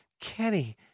Kenny